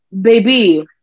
baby